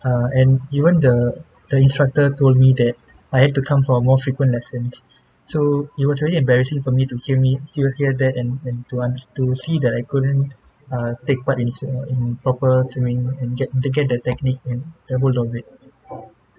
uh and even the the instructor told me that I had to come or more frequent lessons so it was really embarrassing for me to hear me hear that and and to un~ to see that I couldn't uh take part in swim uh in proper swimming and get to get the technique and the whole of it